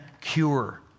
cure